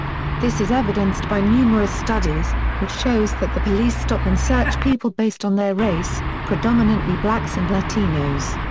this is evidenced by numerous studies, which shows that the police stop-and-search people based on their race, predominantly blacks and latinos.